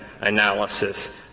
analysis